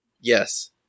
Yes